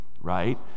right